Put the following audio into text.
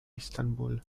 istanbul